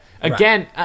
again